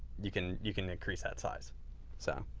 you can you can increase that size so